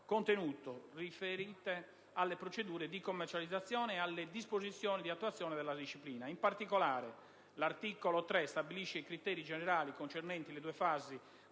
contenuto, riferite alle procedure di commercializzazione e alle disposizioni di attuazione della disciplina. In particolare, l'articolo 3 stabilisce i criteri generali concernenti le due fasi